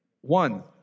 one